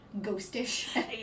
ghostish